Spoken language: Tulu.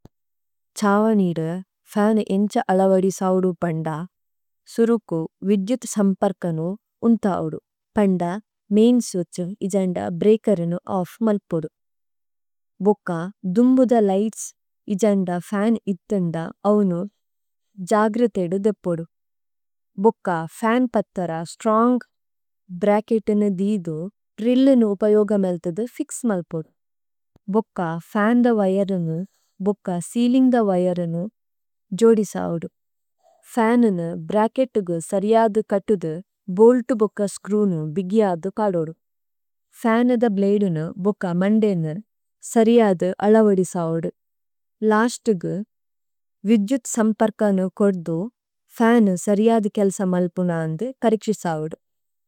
ചാവനിഡു ഫാനു എംച അളവഡിസാവഡു പണ്ഡാ, സുരുകു വിജ്യത് സമ്പര്കനു ഉന്താവഡു। പണ്ഡാ, മേം സുച്ചു ഇജന്ഡ ബ്രേകരനു ആഫ്മല്പഡു। ബൊക്കാ, ദുംബുദ ലൈട്സ് ഇജന്ഡ ഫാന് ഇത്തംഡ ആവനു ജാഗ്രത്യഡു ദെപ്പഡു। ബൊക്കാ, ഫാന് പത്തരാ സ്ട്രാംഗ് ബ്രാകെട് നു ദിയദു ഡില്ലിന ഉപയോഗമാല്തദു ഫിക്സ് മല്പഡു। ബൊക്കാ, ഫാന് വയരനു ബൊക്കാ സിലിംദ വയരനു ജോഡിസാവഡു। ഫാന്നു ബ്രാകെട് ഗു സരിയാദു കട്ടുദു ബൊല്ട് ബൊക്ക സ്ക്രൂനു ബിഗിയാദു പഡോദു। ഫാന്നദ ബ്ലേഡിന ബൊക്ക മംഡേനു സരിയാദു അളവഡിസാവഡു। ലാസ്ടഗു വിജ്യുത് സമ്പര്കനു കൊഡ്ദു ഫാന്നു സരിയാദു കെല്സമല്പുന്നാന്നു പരിക്ഷിസാവഡു।